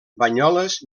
banyoles